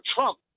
Trump